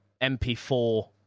MP4